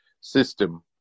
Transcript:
system